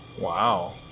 Wow